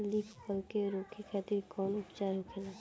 Leaf curl के रोके खातिर कउन उपचार होखेला?